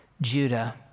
Judah